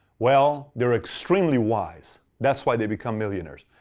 well, they're extremely wise. that's why they become millionaires.